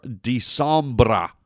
December